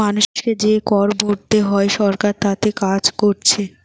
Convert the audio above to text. মানুষকে যে কর ভোরতে হয় সরকার তাতে কাজ কোরছে